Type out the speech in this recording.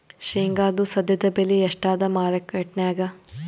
ಶೇಂಗಾದು ಸದ್ಯದಬೆಲೆ ಎಷ್ಟಾದಾ ಮಾರಕೆಟನ್ಯಾಗ?